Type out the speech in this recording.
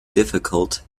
difficult